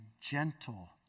gentle